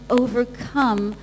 overcome